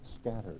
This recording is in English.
scattered